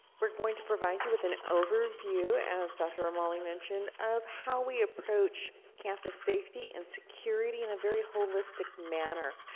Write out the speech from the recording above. we're going to provide you with an overview, as dr. romali mentioned, of how we approach campus safety and security in a very holistic manner.